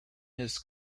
his